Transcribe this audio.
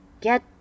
Get